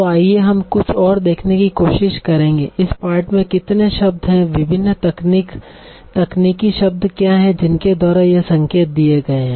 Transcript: तो आइए हम कुछ और देखने की कोशिश करेंगे इस पाठ में कितने शब्द हैं विभिन्न तकनीकी शब्द क्या हैं जिनके द्वारा ये संकेत दिए गए हैं